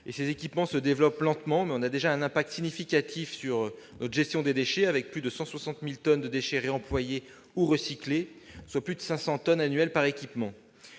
Ces équipements se développent lentement, mais ils ont déjà un impact significatif sur la gestion des déchets, avec plus de 160 000 tonnes de déchets réemployés ou recyclés, soit plus de 500 tonnes annuelles par équipement.